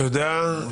תודה.